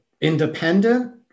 independent